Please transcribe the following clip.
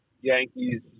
Yankees